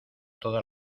toda